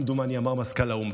כמדומני אמר את זה מזכ"ל האו"ם.